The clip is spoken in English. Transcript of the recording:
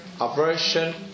aversion